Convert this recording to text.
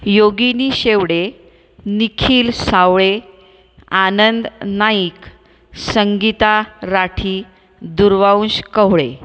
Yogini Shevade Nikhil Savale Anand Naik Sangeeta Rathi Durvansh Kavhale